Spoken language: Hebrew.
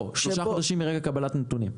לא, שלושה חודשים מרגע קבלת הנתונים.